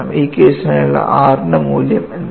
ഈ കേസിനായുള്ള r ന്റെ മൂല്യം എന്താണ്